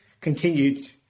continued